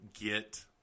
get